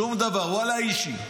שום דבר, ולא אישי.